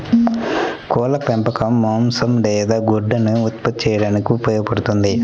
కోళ్ల పెంపకం మాంసం లేదా గుడ్లను ఉత్పత్తి చేయడానికి ఉపయోగపడుతుంది